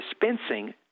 dispensing